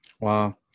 Wow